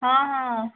ହଁ ହଁ